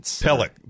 pellet